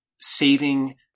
saving